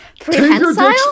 Prehensile